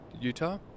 Utah